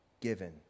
given